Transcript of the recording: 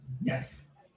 yes